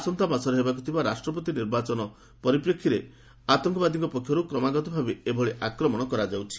ଆସନ୍ତାମାସରେ ହେବାକୁ ଥିବା ରାଷ୍ଟ୍ରପତି ନିର୍ବାଚନ ପରିପ୍ରେକ୍ଷୀରେ ଆତଙ୍କବାଦୀଙ୍କ ପକ୍ଷରୁ କ୍ରମାଗତ ଭାବେ ଏଭଳି ଆକ୍ରମଣ କରାଯାଉଛି